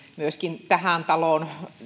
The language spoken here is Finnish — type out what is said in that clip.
myöskin tähän taloon